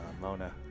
Mona